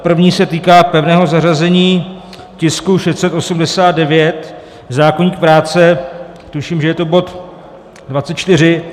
První se týká pevného zařazení tisku 689, zákoník práce, tuším, že je to bod 24.